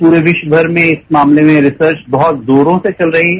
पूरे विश्वभर में इस मामले में रिसर्च बहुत जोरों से चल रही है